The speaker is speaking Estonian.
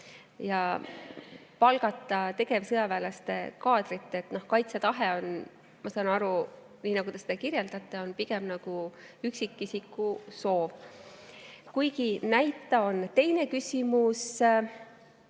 ja palgata tegevsõjaväelaste kaadrit. Kaitsetahe on, ma saan aru, nii nagu te seda kirjeldate, pigem nagu üksikisiku soov. Kuigi näit ta on. Teine küsimus,